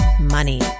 money